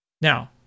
Now